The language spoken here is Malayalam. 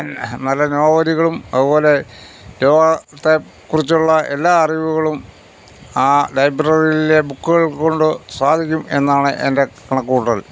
നല്ല നോവലുകളും അതുപോലെ ലോകത്തെ കുറിച്ചുള്ള എല്ലാ അറിവുകളും ആ ലൈബ്രറിയിലെ ബുക്കുകൾകൊണ്ട് സാധിക്കും എന്നാണ് എന്റെ കണക്കുകൂട്ടൽ